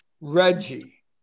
Reggie